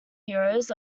heroes